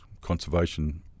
conservation